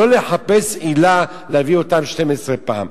לא לחפש עילה להביא אותם 12 פעם.